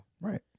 Right